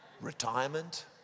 retirement